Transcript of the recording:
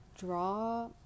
draw